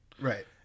Right